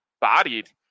bodied